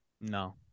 No